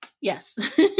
yes